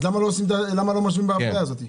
למה לא משווים באפליה הזאת?